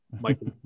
Michael